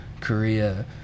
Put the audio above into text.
Korea